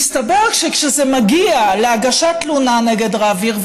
מסתבר שכשזה מגיע להגשת תלונה נגד רב עיר,